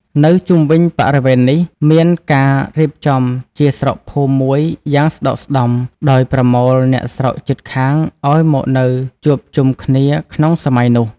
នៅជុំវិញបរិវេណនេះ មានការរៀបចំជាស្រុកភូមិមួយយ៉ាងស្តុកស្តម្ភ ដោយប្រមូលអ្នកស្រុកជិតខាងឲ្យមកនៅជួបជុំគ្នាក្នុងសម័យនោះ ។